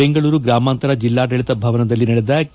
ಬೆಂಗಳೂರು ಗ್ರಾಮಾಂತರ ಜಿಲ್ಲಾಡಳಿತ ಭವನದಲ್ಲಿ ನಡೆದ ಕೆ